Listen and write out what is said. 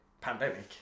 pandemic